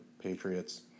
Patriots